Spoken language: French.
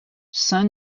saint